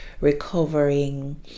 recovering